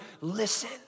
Listen